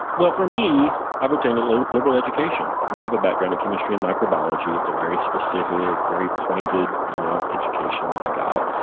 well, for me, i have obtained a liberal liberal education. you know i have a background in chemistry and microbiology. it's a very specific, very pointed you know education that i got,